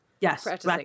Yes